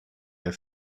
der